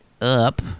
up